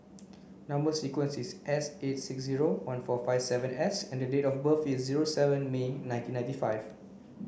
number sequence is S eight six zero one four five seven S and date of birth is zero seven May nineteen ninety five